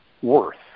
worth